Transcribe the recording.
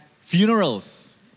funerals